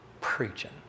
Preaching